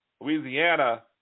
Louisiana